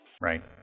Right